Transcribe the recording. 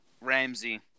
Ramsey